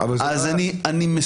אז לא היו חגיגות.